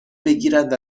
بگیرد